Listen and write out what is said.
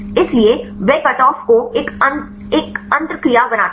इसलिए वे कटऑफ को एक अंतर्क्रिया बनाते हैं